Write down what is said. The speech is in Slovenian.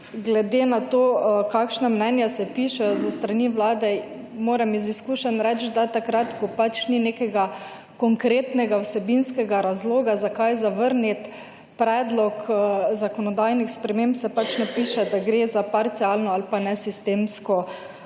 glede na to kakšna mnenja se pišejo s strani vlade, moram iz izkušenj reči, da takrat, ko ni nekega konkretnega vsebinskega razloga zakaj zavrniti predlog zakonodajnih sprememb, se pač napiše da gre za parcialno ali pa nesistemsko uvedbo